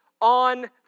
on